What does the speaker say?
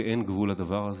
כי אין גבול לדבר הזה.